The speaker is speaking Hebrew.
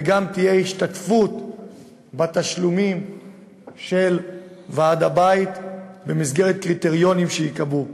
וגם תהיה השתתפות בתשלומים של ועד הבית במסגרת קריטריונים שייקבעו.